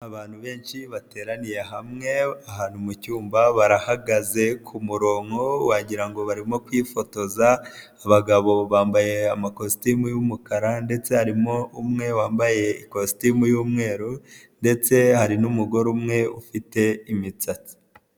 Abantu benshi bateraniye hamwe ahantu mu cyumba, barahagaze kumurongo, wagirango barimo kwifotoza, abagabo bambaye amakositimu y'umukara ndetse harimo umwe wambaye ikositimu y'umweru ndetse hari n'umugore umwe ufite imitatsi.